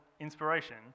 inspiration